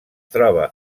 troba